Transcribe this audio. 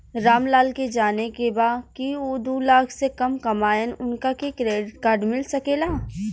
राम लाल के जाने के बा की ऊ दूलाख से कम कमायेन उनका के क्रेडिट कार्ड मिल सके ला?